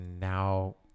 now